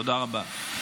תודה רבה.